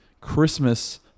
Christmas